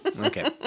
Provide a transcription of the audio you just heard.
okay